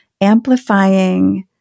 amplifying